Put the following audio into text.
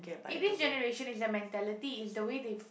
in this generation it's their mentality it's the way they